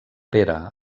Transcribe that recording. pere